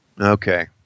Okay